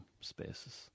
spaces